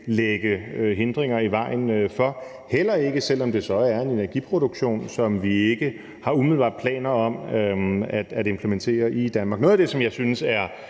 lægge hindringer i vejen for, heller ikke selv om det så er en energiproduktion, som vi ikke umiddelbart har planer om at implementere i Danmark. Noget af det, som jeg synes er